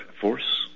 force